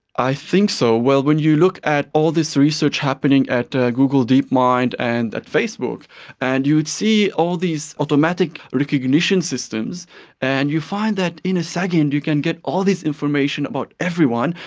i think so. well, when you look at all this research happening at ah google deep mind and at facebook and you see all these automatic recognition systems and you find that in a second you can get all this information about everyone,